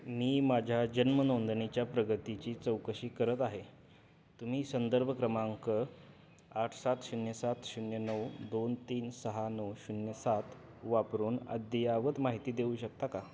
मी माझ्या जन्म नोंदणीच्या प्रगतीची चौकशी करत आहे तुम्ही संदर्भ क्रमांक आठ सात शून्य सात शून्य नऊ दोन तीन सहा नऊ शून्य सात वापरून अद्ययावत माहिती देऊ शकता का